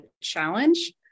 challenge